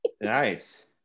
nice